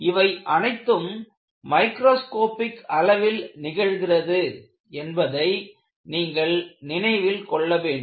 இவை அனைத்தும் மைக்ரோஸ்கோப்பிக் அளவில் நிகழ்கிறது என்பதை நீங்கள் நினைவில் கொள்ள வேண்டும்